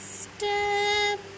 step